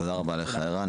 תודה רבה לך ערן.